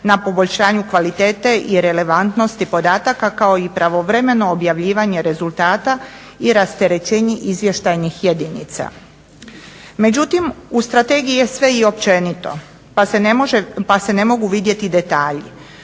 na poboljšanju kvalitete i relevantnosti podataka kao i pravovremeno objavljivanje rezultata i rasterećenje izvještajnih jedinica. Međutim u strategiji je sve i općenito, pa se ne mogu vidjeti detalji.